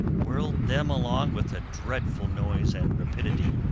whirled them along with a dreadful noise and rapidity.